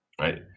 Right